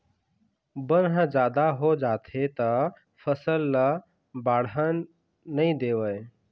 बन ह जादा हो जाथे त फसल ल बाड़हन नइ देवय